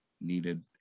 needed